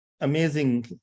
amazing